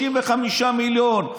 35 מיליון.